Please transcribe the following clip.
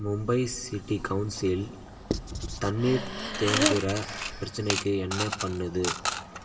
Mumbai city council தண்ணீர் தேங்கிற பிரச்சினைக்கு என்ன பண்ணுது